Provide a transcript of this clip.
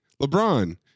LeBron